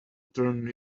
turn